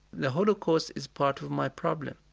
the holocaust is part of my problem.